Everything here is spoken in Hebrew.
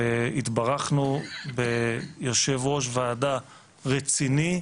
והתברכנו ביושב-ראש ועדה רציני,